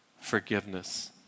forgiveness